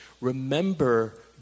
remember